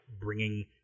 bringing